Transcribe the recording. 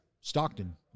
Stockton